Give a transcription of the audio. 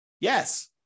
Yes